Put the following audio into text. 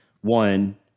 One